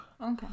Okay